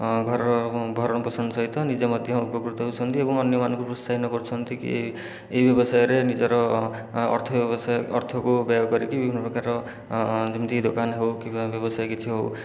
ଘରର ଭରଣ ପୋଷଣ ସହିତ ନିଜେ ମଧ୍ୟ ଉପକୃତ ହେଉଛନ୍ତି ଏବଂ ଅନ୍ୟମାନଙ୍କୁ ପ୍ରୋତ୍ସାହିତ କରୁଛନ୍ତି କି ଏହି ବ୍ୟବସାୟରେ ନିଜର ଅର୍ଥ ଅର୍ଥକୁ ବ୍ୟୟ କରିକି ବିଭିନ୍ନ ପ୍ରକାରର ଯେମିତିକି ଦୋକାନ ହେଉ କିମ୍ବା ବ୍ୟବସାୟ କିଛି ହେଉ